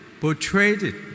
portrayed